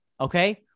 okay